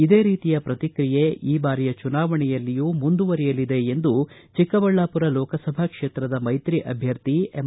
ಇದೇ ರೀತಿಯ ಪ್ರಕ್ರಿಯೆ ಈ ಬಾರಿಯ ಚುನಾವಣೆಯಲ್ಲಿಯೂ ಮುಂದುವರೆಯಲಿದೆ ಎಂದು ಚಿಕ್ಕಬಳ್ಳಾಮರ ಲೋಕಸಭಾ ಕ್ಷೇತ್ರದ ಮೈತ್ರಿ ಅಭ್ಯರ್ಥಿ ಎಂ